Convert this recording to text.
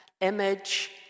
image